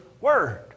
Word